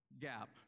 gap